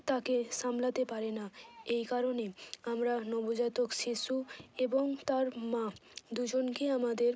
তাকে সামলাতে পারে না এই কারণে আমরা নবজাতক শিশু এবং তার মা দুজনকেই আমাদের